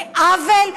זה עוול.